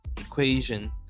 equation